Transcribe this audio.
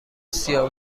سیاه